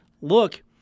look